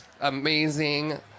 amazing